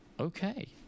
Okay